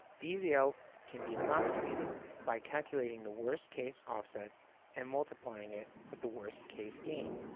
vzl can be approximated by calculating the worst-case offset and multiplying it with the worst-case gain.